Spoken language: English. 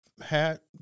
hat